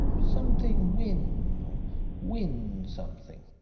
something wynn or wynn something.